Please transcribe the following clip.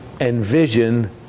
envision